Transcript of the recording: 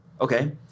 Okay